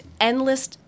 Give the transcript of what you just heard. endless